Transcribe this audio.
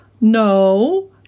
no